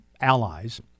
allies